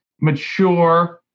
mature –